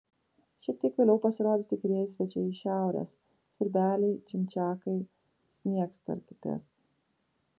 šiek tiek vėliau pasirodys tikrieji svečiai iš šiaurės svirbeliai čimčiakai sniegstartės